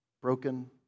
broken